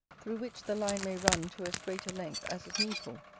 through which the line may run to as great a length as is needful,